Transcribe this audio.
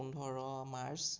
পোন্ধৰ মাৰ্চ